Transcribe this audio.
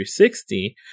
360